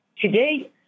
Today